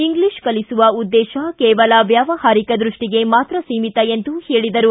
English ಕಲಿಸುವ ಉದ್ದೇಶ ಕೇವಲ ವ್ಯಾವಹಾರಿಕ ದೃಷ್ಟಿಗೆ ಮಾತ್ರ ಸೀಮಿತ ಎಂದು ಹೇಳಿದರು